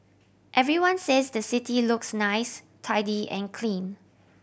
everyone says the city looks nice tidy and clean